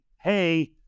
hey